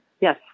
Yes